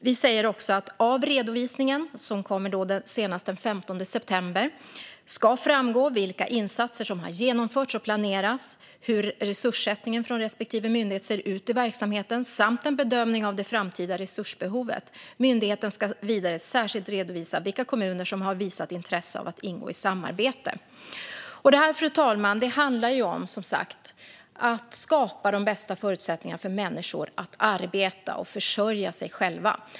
Vi säger också att det av redovisningen, som kommer senast den 15 september, ska framgå vilka insatser som har genomförts och planeras, hur resurssättningen från respektive myndighet ser ur i verksamheten samt en bedömning av det framtida resursbehovet. Myndigheten ska vidare särskilt redovisa vilka kommuner som har visat intresse av att ingå i samarbete. Fru talman! Det handlar om att skapa de bästa förutsättningarna för människor att arbeta och försörja sig själva.